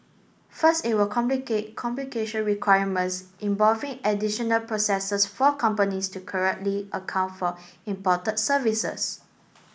first it will complicate complication requirements involving additional processes for companies to correctly account for imported services